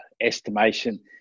estimation